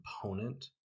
component